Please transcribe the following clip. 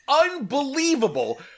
unbelievable